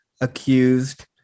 accused